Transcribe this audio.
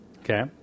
Okay